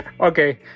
Okay